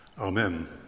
Amen